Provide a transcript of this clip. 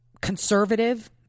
conservative